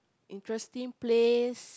interesting place